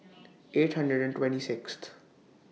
eight hundred and twenty Sixth